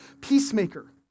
peacemaker